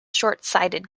shortsighted